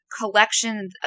collection